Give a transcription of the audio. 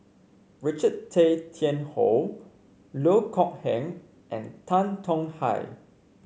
Richard Tay Tian Hoe Loh Kok Heng and Tan Tong Hye